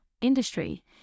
industry